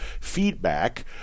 feedback